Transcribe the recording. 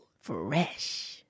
Fresh